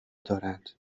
دارند